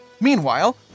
Meanwhile